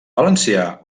valencià